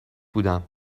بودم